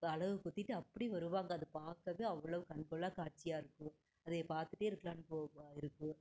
அலகு குத்திவிட்டு அப்படி வருவாங்க அதை பார்க்கவே அவ்வளோவு கண் கொள்ளா காட்சியாக இருக்கும் அதைய பார்த்துட்டே இருக்கலாம் போ இருக்கும்